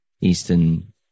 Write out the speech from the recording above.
eastern